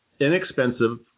inexpensive